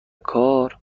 کار